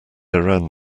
around